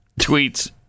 tweets